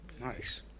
nice